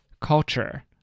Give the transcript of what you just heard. culture